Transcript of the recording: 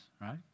right